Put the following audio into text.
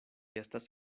estas